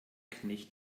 knecht